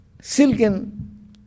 silken